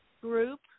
group